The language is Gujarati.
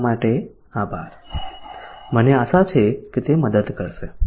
જોવા માટે આભાર મને આશા છે કે તે મદદ કરશે